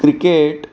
cricket